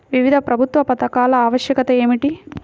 వివిధ ప్రభుత్వా పథకాల ఆవశ్యకత ఏమిటి?